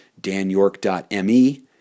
danyork.me